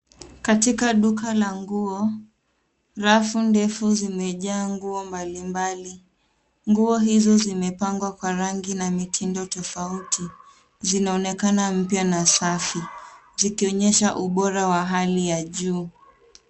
Katika duka la nguo, rafu ndefu zimejaa nguo mbalimbali. Nguo hizo zimepangwa kwa rangi na mitindo tofauti. Zinaonekana mpya na safi. Zikionyesha ubora wa hali ya juu.